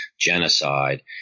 genocide